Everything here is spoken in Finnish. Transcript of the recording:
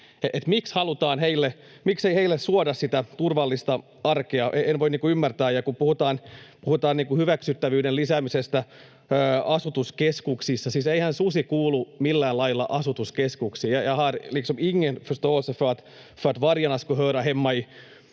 Miksei heille suoda sitä turvallista arkea? En voi ymmärtää. Ja kun puhutaan hyväksyttävyyden lisäämisestä asutuskeskuksissa — siis eihän susi kuulu millään lailla asutuskeskuksiin. Jag har liksom ingen förståelse för